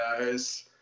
guys